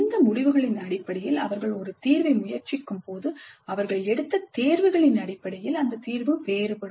இந்த முடிவுகளின் அடிப்படையில் அவர்கள் ஒரு தீர்வை முயற்சிக்கும்போது அவர்கள் எடுத்த தேர்வுகளின் அடிப்படையில் அந்த தீர்வு வேறுபடும்